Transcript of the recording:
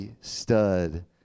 stud